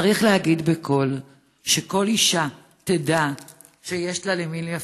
צריך להגיד בקול שכל אישה תדע שיש לה למי לפנות.